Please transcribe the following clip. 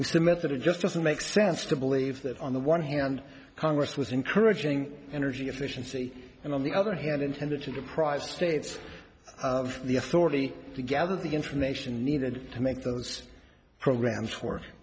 which the method of just doesn't make sense to believe that on the one hand congress was encouraging energy efficiency and on the other hand intended to deprive states of the authority to gather the information needed to make those programs work